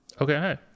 Okay